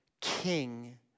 king